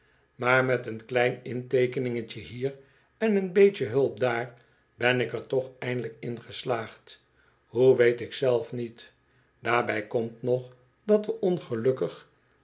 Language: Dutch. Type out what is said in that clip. maar met een klein inteekeningetje hier en een beetje hulp daar ben ik er toch eindelijk in geslaagd hoe weet ik zelf niet daarbij komt nog dat we ongelukkig